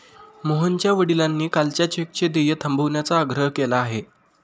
मोहनच्या वडिलांनी कालच्या चेकचं देय थांबवण्याचा आग्रह केला आहे